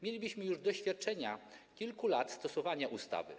Mielibyśmy już doświadczenia kilku lat stosowania ustawy.